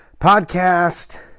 Podcast